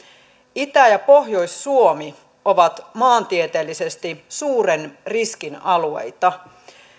itä ja pohjois suomi ovat maantieteellisesti suuren riskin alueita